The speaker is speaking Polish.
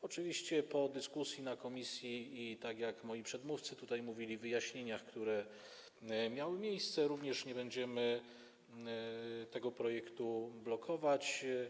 Oczywiście po dyskusji w komisji i, tak jak moi przedmówcy tutaj mówili, wyjaśnieniach, które miały miejsce, również nie będziemy tego projektu blokować.